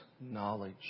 knowledge